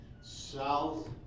south